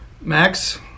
Max